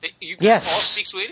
Yes